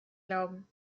glauben